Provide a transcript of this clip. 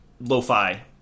lo-fi